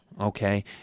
okay